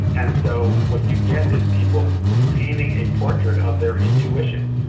and so what you get as people painting a portrait of their intuition,